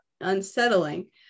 unsettling